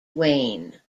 wayne